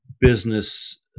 business